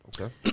Okay